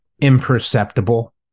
imperceptible